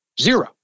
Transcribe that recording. Zero